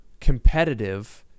competitive